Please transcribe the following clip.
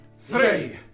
three